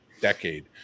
decade